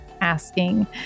asking